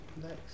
next